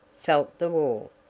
felt the wall,